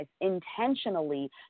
intentionally